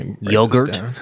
Yogurt